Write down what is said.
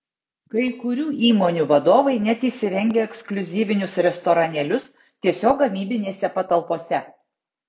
kai kurių įmonių vadovai net įsirengia ekskliuzyvinius restoranėlius tiesiog gamybinėse patalpose